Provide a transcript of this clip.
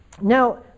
now